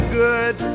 good